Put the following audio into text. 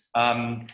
um,